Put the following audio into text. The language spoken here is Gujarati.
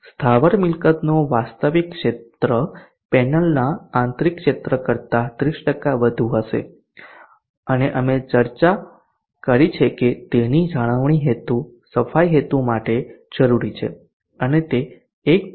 સ્થાવર મિલકતનો વાસ્તવિક ક્ષેત્ર પેનલના આંતરિક ક્ષેત્ર કરતાં 30 વધુ હશે અને અમે અગાઉ ચર્ચા કરી છે કે તેની જાળવણી હેતુ સફાઇ હેતુઓ માટે જરૂરી છે અને તે 1